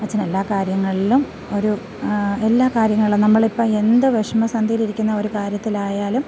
അച്ഛനെല്ലാ കാര്യങ്ങളിലും ഒരു എല്ലാ കാര്യങ്ങളും നമ്മൾ ഇപ്പം എന്ത് വിഷമ സന്ധിയിലിരിക്കുന്ന കാര്യത്തിലായാലും